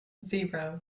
zero